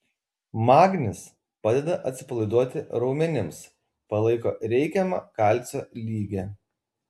magnis padeda atsipalaiduoti raumenims palaiko reikiamą kalcio lygį